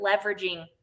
leveraging